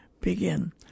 begin